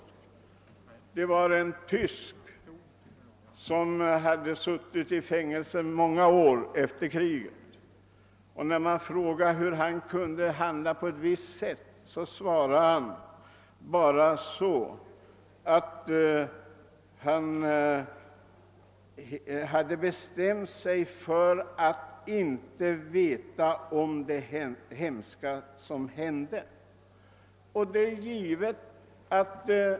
Den ene var en tysk som efter kriget suttit i fängelse i många år, och när man frågade hur han kunde handla på ett visst sätt svarade han, att han hade bestämt sig för att inte veta något om det hemska som hände.